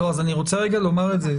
אז אני רוצה לומר את זה.